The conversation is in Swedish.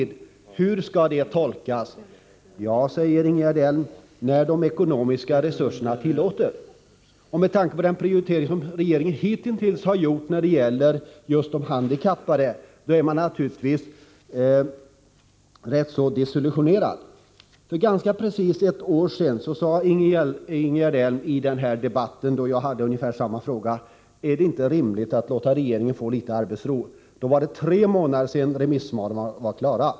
Ja, säger Ingegerd Elm, det är detsamma som att säga ”så snart de ekonomiska resurserna tillåter”. Med tanke på den prioritering som regeringen hittills gjort när det gäller just de handikappade är man naturligtvis rätt så desillusionerad. För ganska precis ett år sedan sade Ingegerd Elm i en debatt i samma ämne som dagens: Är det inte rimligt att låta regeringen få litet arbetsro? Vid det tillfället förelåg remissvaren sedan tre månader tillbaka.